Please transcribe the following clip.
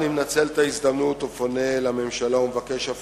אני מנצל את ההזדמנות ופונה אל ממשלה ומבקש אף